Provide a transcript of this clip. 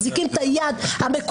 מחזיקים להם את היד המקומטת,